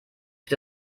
für